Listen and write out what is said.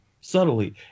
subtly